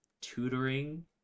tutoring